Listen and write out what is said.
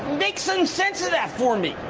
make some sense of that for me!